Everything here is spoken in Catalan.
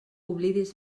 oblidis